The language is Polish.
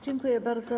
Dziękuję bardzo.